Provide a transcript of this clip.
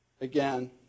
again